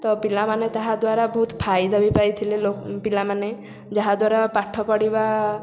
ତ ପିଲାମାନେ ତାହା ଦ୍ୱାରା ବହୁତ ଫାଇଦା ବି ପାଇଥିଲେ ପିଲାମାନେ ଯାହା ଦ୍ୱାରା ପାଠ ପଢ଼ିବା